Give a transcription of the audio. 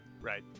right